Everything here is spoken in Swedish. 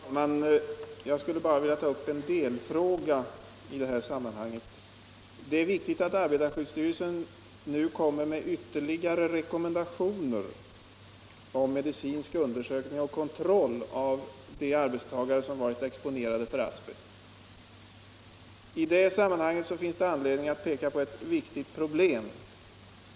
Herr talman! Jag skulle bara vilja ta upp en delfråga i detta sammanhang. Det är riktigt att arbetarskyddsstyrelsen nu ger ytterligare rekommendationer om medicinska undersökningar och kontroll av de arbetstagare som varit exponerade för asbest. Det finns här anledning att peka på ett viktigt problem.